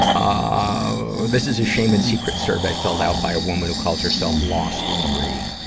ah this is a shame and secret survey filled out by a woman who calls herself lost three.